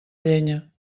llenya